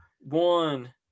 one